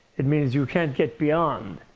it means you can't get beyond.